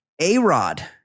A-Rod